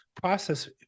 process